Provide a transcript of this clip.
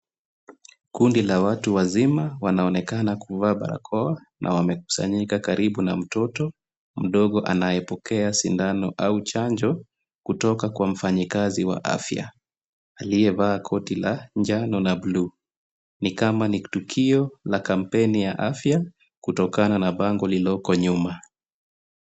Kundi la watu wazima, wanaonekana kuvaa barakoa na wamekusanyika karibu na mtoto mdogo anayepokea sindano au chanjo, kutoka kwa mfanyikazi wa afya aliyeva koti la njano na buluu. Ni kama ni tukio la kampeni ya afya kutokana na bango lililoko nyuma.